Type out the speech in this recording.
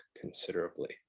considerably